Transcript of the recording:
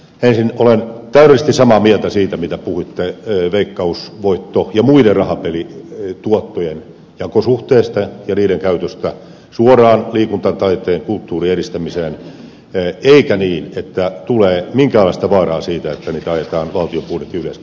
ensin olen täydellisesti samaa mieltä siitä mitä puhuitte veikkausvoitto ja muiden rahapelituottojen jakosuhteesta ja niiden käytöstä suoraan liikuntaan taiteen ja kulttuurin edistämiseen eikä niin että tulee minkäänlaista vaaraa siitä että niitä ajetaan valtion budjetin yleiskatteeseen